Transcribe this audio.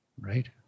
Right